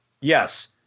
Yes